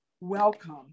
welcome